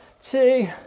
two